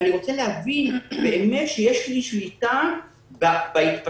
ואני רוצה להבין באמת שיש לי שליטה בהתפתחות